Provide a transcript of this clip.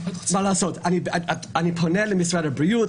אני פונה למשרד הבריאות,